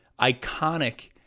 iconic